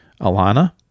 Alana